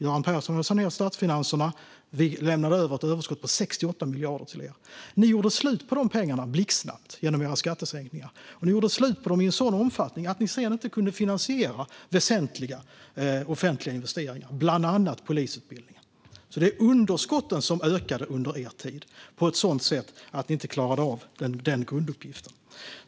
Göran Persson hade sanerat statsfinanserna, och vi lämnade över ett överskott på 68 miljarder till er. Ni gjorde slut på de pengarna blixtsnabbt genom att göra skattesänkningar. Ni gjorde slut på dem i en sådan omfattning att ni sedan inte kunde finansiera väsentliga offentliga investeringar, bland annat polisutbildningen. Det var alltså underskotten som ökade under er tid, på ett sådant sätt att ni inte klarade av den grunduppgiften.